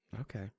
Okay